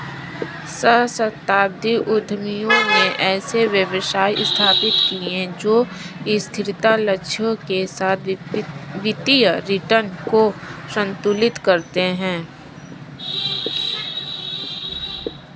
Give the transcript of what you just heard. सहस्राब्दी उद्यमियों ने ऐसे व्यवसाय स्थापित किए जो स्थिरता लक्ष्यों के साथ वित्तीय रिटर्न को संतुलित करते हैं